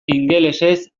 ingelesez